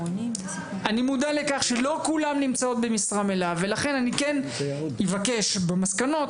אני מודע לכך שלא כולן נמצאות במשרה מלאה ולכן אני כן אבקש במסקנות